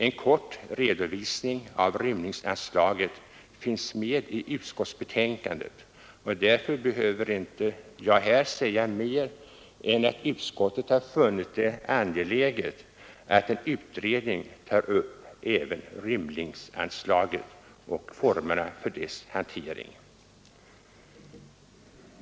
En kort redovisning av rymlingsanslagets användning finns med i utskottsbetänkandet, och därför behöver jag inte här säga mer än att utskottet har funnit det angeläget att en utredning tar upp även rymlingsanslaget och formerna för dess hantering.